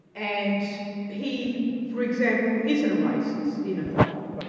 and he, for example isn't a racist in othello,